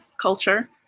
culture